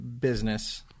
business